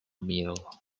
meal